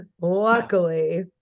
luckily